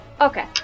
Okay